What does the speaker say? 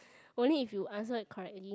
only if you answer correctly